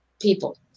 people